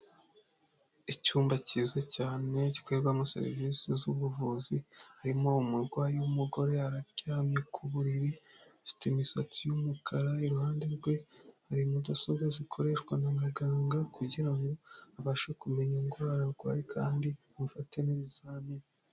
Icyumba cyiza cyane gikorerwamo serivisi z'ubuvuzi harimo umurwayi w'umugore araryamye ku buriri afite imisatsi y'umukara, iruhande rwe hari mudasobwa zikoreshwa na muganga kugira ngo abashe kumenya indwara arwaye kandi amufate n'ibizamini.